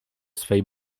swej